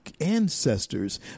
ancestors